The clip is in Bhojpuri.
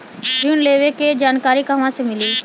ऋण लेवे के जानकारी कहवा से मिली?